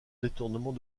détournement